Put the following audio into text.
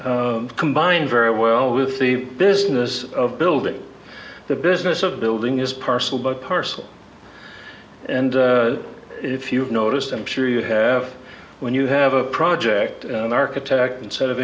don't combine very well with the business of building the business of building is parcel but parcel and if you've noticed i'm sure you have when you have a project an architect instead of